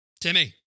Timmy